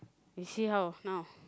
you see how now